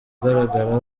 ugaragara